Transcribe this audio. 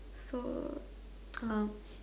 so love